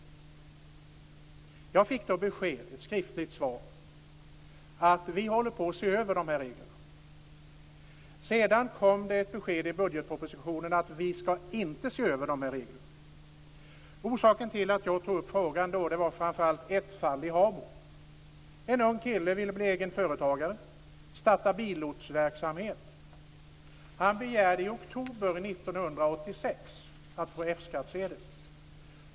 Jag fick då besked i ett skriftligt svar: Vi håller på att se över de här reglerna. Sedan kom det ett besked i budgetpropositionen: Vi skall inte se över de här reglerna. Orsaken till att jag tog upp frågan då var framför allt ett fall i Habo. En ung kille ville bli egen företagare och starta billotsverksamhet. Han begärde i oktober 1986 att få F-skattsedel.